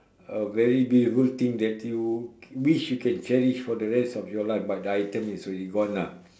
a very beautiful thing that you wish you can cherish for the rest of your life but the item is already gone ah